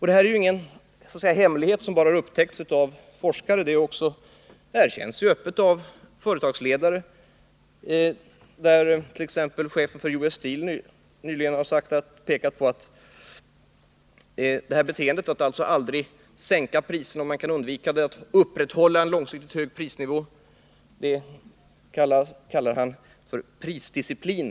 Det här är ingen hemlighet som bara forskare känner till. Förhållandet erkänns också öppet av företagsledare. Chefen för US Steel t.ex. kallar beteendet att upprätthålla en hög prisnivå för prisdisciplin.